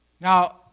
Now